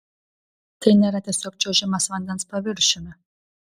tai nėra tiesiog čiuožimas vandens paviršiumi